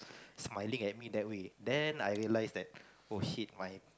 smiling at me that way then I realise oh shit my